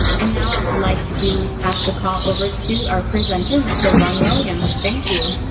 and now, i would like to pass the call over to our presenter, mr. ron williams. thank you.